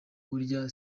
burya